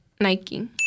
Nike